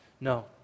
No